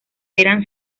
eran